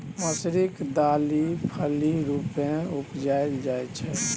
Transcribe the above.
मौसरीक दालि फली रुपेँ उपजाएल जाइ छै